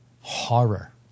horror